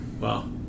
Wow